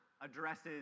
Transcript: addresses